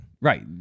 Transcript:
Right